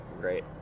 Great